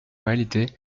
réalité